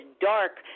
dark